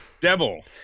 Devil